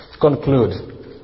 conclude